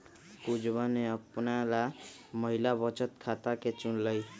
पुजवा ने अपना ला महिला बचत खाता के चुन लय